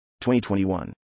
2021